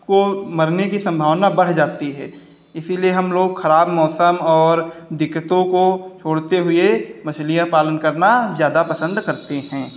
को मरने की संभावना बढ़ जाती है इसीलिए हम लोग खराब मौसम और दिक्कतों को छोड़ते हुए मछलियाँ पालन करना ज़्यादा पसंद करते हैं